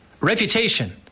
reputation